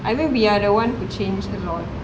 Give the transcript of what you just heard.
I think we are one who change a lot